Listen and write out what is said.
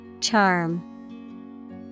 Charm